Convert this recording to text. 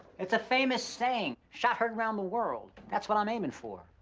it's a famous saying, shot heard round the world. that's what i'm aimin' for.